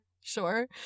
sure